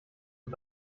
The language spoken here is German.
und